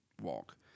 walk